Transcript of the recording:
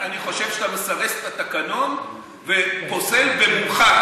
אני חושב שאתה מסרס את התקנון ופוסל במומך,